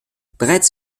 bereits